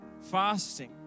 Fasting